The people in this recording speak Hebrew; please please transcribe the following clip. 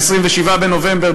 ב-25 בנובמבר,